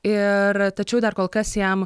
ir tačiau dar kol kas jam